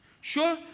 Sure